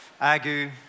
Agu